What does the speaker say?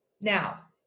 Now